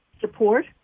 support